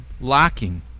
lacking